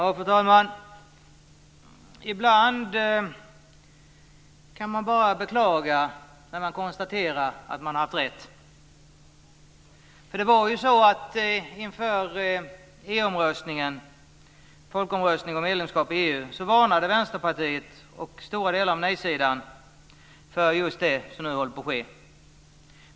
Fru talman! Ibland kan man bara beklaga när man konstaterar att man har haft rätt. Det var ju så att inför folkomröstningen om medlemskap i EU varnade Vänsterpartiet och stora delar av nej-sidan för just det som nu håller på att ske.